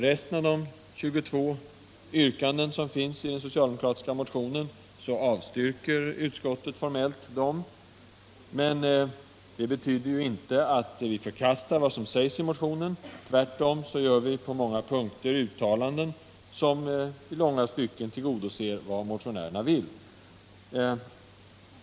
Resten av de 22 yrkandena i den socialdemokratiska motionen avstyrker utskottet formellt, vilket inte betyder att vi förkastar vad som sägs i motionen. Tvärtom gör vi på åtskilliga punkter uttalanden som i långa stycken tillgodoser vad motionärerna vill.